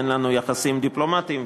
אין לנו יחסים דיפלומטיים,